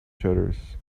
shutters